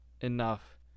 enough